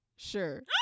Sure